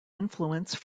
influence